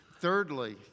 Thirdly